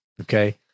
Okay